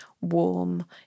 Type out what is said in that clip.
warm